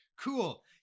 Cool